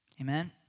Amen